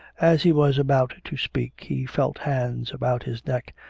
as he was about to speak he felt hands about his neck,